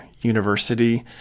University